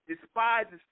despises